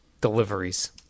deliveries